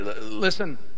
Listen